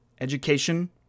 education